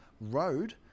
Road